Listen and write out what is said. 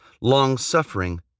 long-suffering